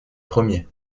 premiers